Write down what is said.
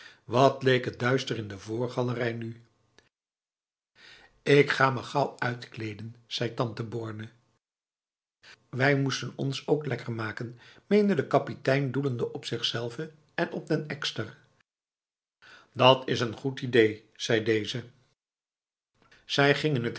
wat leek het duister in de voorgalerij nu ik ga me gauw uitkleden zei tante borne wij moesten ons ook lekker maken meende de kapitein doelende op zichzelve en op den ekster dat is n goed idee zei deze ze gingen